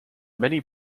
many